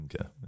Okay